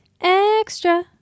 Extra